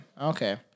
okay